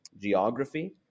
geography